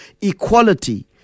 equality